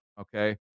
okay